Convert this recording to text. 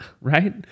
right